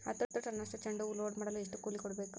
ಹತ್ತು ಟನ್ನಷ್ಟು ಚೆಂಡುಹೂ ಲೋಡ್ ಮಾಡಲು ಎಷ್ಟು ಕೂಲಿ ಕೊಡಬೇಕು?